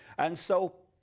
and so